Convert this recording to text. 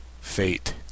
Fate